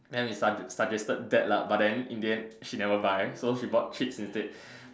then we sugges~ suggested that lah but then in the end she never buy so she bought chips instead